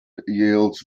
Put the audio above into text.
yields